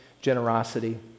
generosity